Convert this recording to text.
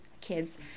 kids